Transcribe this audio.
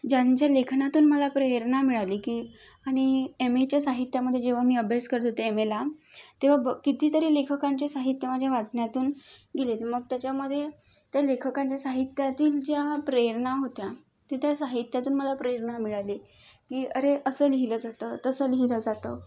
ज्यांच्या लेखनातून मला प्रेरणा मिळाली की आणि एम एच्या साहित्यामधे जेव्हा मी अभ्यास करत होते एम एला तेव्हा ब कितीतरी लेखकांचे साहित्य माझ्या वाचनातून गेले मग त्याच्यामधे त्या लेखकांच्या साहित्यातील ज्या प्रेरणा होत्या ती त्या साहित्यातून मला प्रेरणा मिळाली की अरे असं लिहिलं जातं तसं लिहिलं जातं